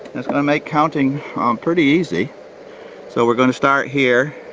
it's going to make counting pretty easy so we're going to start here,